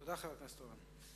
תודה, חבר הכנסת אורון.